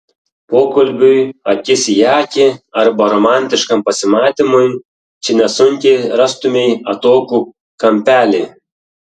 pokalbiui akis į akį arba romantiškam pasimatymui čia nesunkiai rastumei atokų kampelį